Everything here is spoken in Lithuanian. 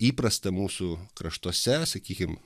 įprasta mūsų kraštuose sakykim